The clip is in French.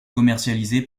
commercialisé